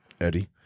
Eddie